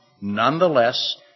nonetheless